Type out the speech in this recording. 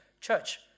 church